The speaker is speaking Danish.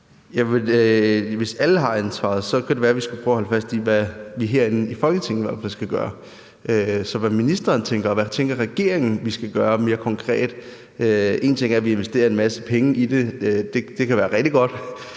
hvis alle har ansvaret, kan det være, vi i hvert fald skal prøve at holde fast i, hvad vi herinde i Folketinget skal gøre. Så hvad tænker ministeren og regeringen vi mere konkret skal gøre? En ting er, at vi vil investere en masse penge i det. Det kan være rigtig godt,